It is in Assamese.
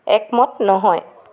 একমত নহয়